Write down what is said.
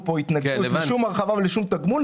שום התנגדות לשום הרחבה ולשום תגמול.